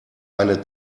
eine